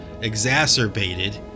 exacerbated